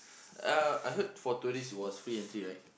uh I heard for tourist was free entry right